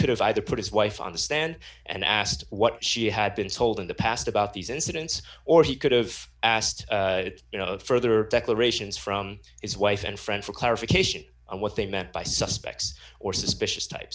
could have either put his wife on the stand and asked what she had been told in the past about these incidents or he could've asked you know further declarations from his wife and friend for clarification what they meant by suspects or suspicious type